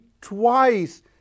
twice